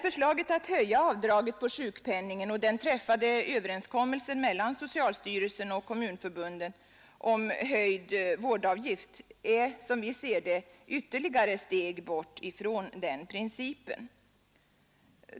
Förslaget att höja avdraget på sjukpenningen och den träffade överenskommelsen mellan socialstyrelsen och kommunförbun den om höjd vårdavgift är, som vi ser det, ett ytterligare steg bort från denna princip.